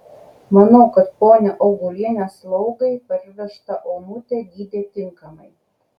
manau kad ponia augulienė slaugai parvežtą onutę gydė tinkamai